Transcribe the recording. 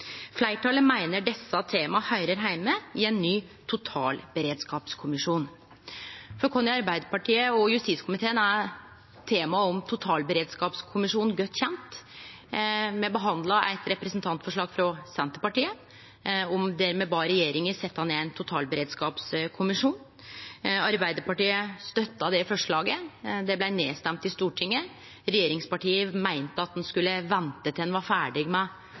Fleirtalet meiner desse temaa høyrer heime i ein ny totalberedskapskommisjon. For oss i Arbeidarpartiet og justiskomiteen er temaet om totalberedskapskommisjonen godt kjent. Me behandla eit representantforslag frå Senterpartiet der ein bad regjeringa setje ned ein totalberedskapskommisjon. Arbeidarpartiet støtta det forslaget, men det blei nedstemt i Stortinget. Regjeringspartia meinte at ein skulle vente til ein var ferdig med